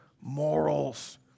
morals